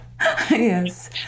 Yes